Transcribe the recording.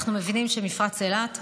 אנחנו מבינים שמפרץ אילת,